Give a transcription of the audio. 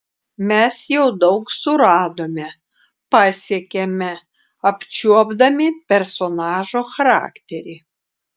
mes jau daug suradome pasiekėme apčiuopdami personažo charakterį